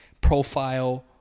profile